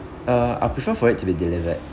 uh I prefer for it to be delivered